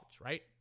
right